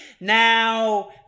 Now